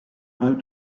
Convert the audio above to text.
have